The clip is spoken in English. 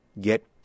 get